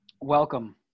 Welcome